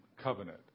covenant